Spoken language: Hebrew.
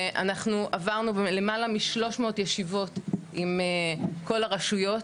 ואנחנו עברנו למעלה מ-300 ישיבות עם כל הרשויות,